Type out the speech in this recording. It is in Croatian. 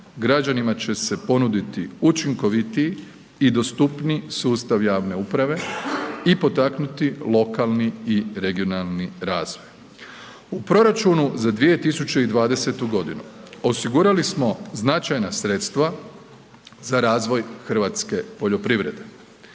građanima će se ponuditi učinkovitiji i dostupniji sustav javne uprave i potaknuti lokalni i regionalni razvoj. U proračunu za 2020.g. osigurali smo značajna sredstva za razvoj hrvatske poljoprivrede.